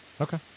Okay